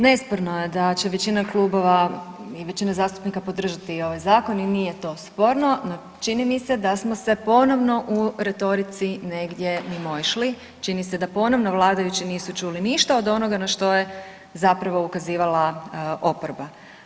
Nesporno je da će većina klubova i većina zastupnika podržati ovaj zakon i nije to sporno, no čini mi se da smo se ponovno u retorici negdje mimoišli, čini se da ponovno vladajući nisu čuli ništa od onoga na što je zapravo ukazivala oporba.